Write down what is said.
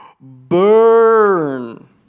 burn